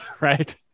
right